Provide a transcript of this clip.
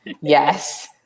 yes